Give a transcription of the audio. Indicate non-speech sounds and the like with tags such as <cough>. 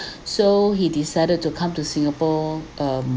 <breath> so he decided to come to singapore um